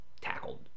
tackled